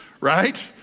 right